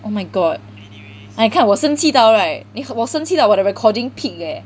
oh my god like 你看我生气到 right 我生气到我的 recording peak leh